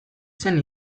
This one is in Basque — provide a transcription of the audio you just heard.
zen